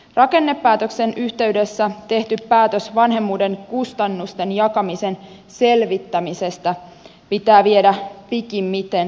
rakennepäätöksen yhteydessä tehty päätös vanhemmuuden kustannusten jakamisen selvittämisestä pitää viedä pikimmiten pidemmälle